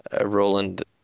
Roland